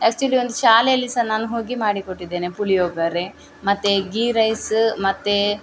actually ಒಂದು ಶಾಲೆಲಿ ಸಹಾ ನಾನು ಹೋಗಿ ಮಾಡಿಕೊಟ್ಟಿದ್ದೇನೆ ಪುಳಿಯೋಗರೆ ಮತ್ತೆ ಗೀ ರೈಸ್ ಮತ್ತೆ